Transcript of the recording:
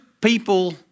people